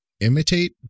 imitate